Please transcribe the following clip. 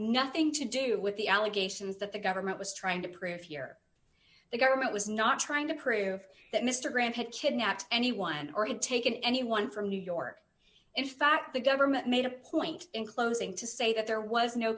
nothing to do with the allegations that the government was trying to prove here the government was not trying to prove that mister grant had kidnapped anyone or had taken anyone from new york in fact the government made a point in closing to say that there was no